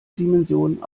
dimension